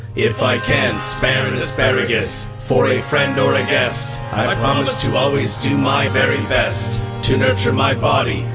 if i can spare an asparagus for a friend or a guest, i like promise to always do my very best to nurture my body,